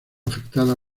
afectada